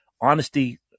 honesty